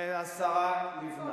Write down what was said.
והשרה לבנת.